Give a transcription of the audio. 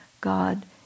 God